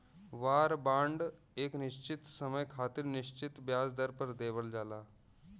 वार bond एक निश्चित समय खातिर निश्चित ब्याज दर पर देवल जाला